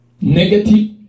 negative